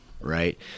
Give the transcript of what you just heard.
right